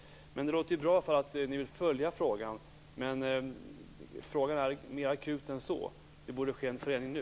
Det låter ju bra att man nu skall följa frågan. Men det är mer akut än så. Det borde ske en förändring nu.